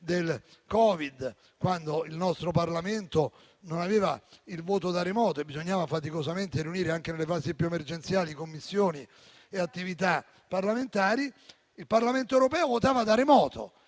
del Covid, quando il nostro Parlamento non aveva il voto da remoto e bisognava faticosamente riunire, anche nelle fasi più emergenziali, Commissioni e attività parlamentari, il Parlamento europeo votava da remoto